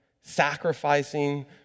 sacrificing